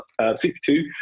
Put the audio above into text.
62